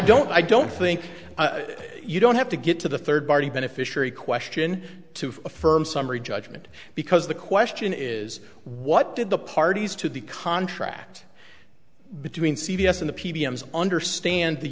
don't i don't think you don't have to get to the third party beneficiary question to affirm summary judgment because the question is what did the parties to the contract between c b s and the p b s understand the